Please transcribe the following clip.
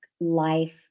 life